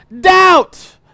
doubt